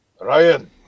Ryan